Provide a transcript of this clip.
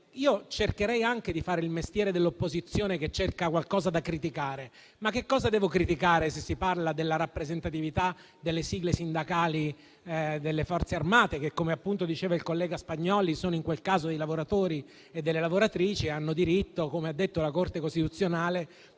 Io cerco anche di fare il mestiere dell'opposizione, cercando qualcosa da criticare. Ma che cosa devo criticare, se si parla della rappresentatività delle sigle sindacali delle Forze armate? Come appunto diceva il collega Spagnolli, sono dei lavoratori e delle lavoratrici ed hanno diritto, come ha detto la Corte costituzionale,